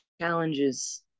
challenges